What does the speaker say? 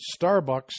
Starbucks